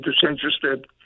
disinterested